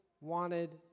wanted